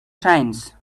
shines